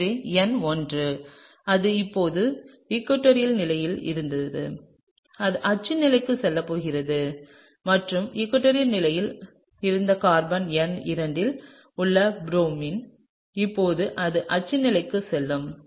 எனவே எண் 1 அது இப்போது ஈகுவடோரில் நிலையில் இருந்தது அது அச்சு நிலைக்குச் செல்லப் போகிறது சரி மற்றும் ஈகுவடோரில் நிலையில் இருந்த கார்பன் எண் 2 இல் உள்ள Br இப்போது அது அச்சு நிலைக்கு செல்லும்